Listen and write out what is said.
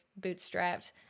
bootstrapped